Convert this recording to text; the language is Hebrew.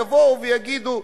יבואו ויגידו,